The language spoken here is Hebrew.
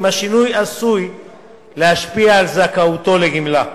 אם השינוי עשוי להשפיע על זכאותו לגמלה.